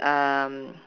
um